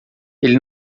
ele